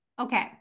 Okay